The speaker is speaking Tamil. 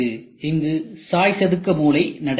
இங்கு சாய் சதுக்க மூலை நடக்கிறது